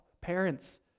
parents